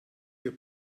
für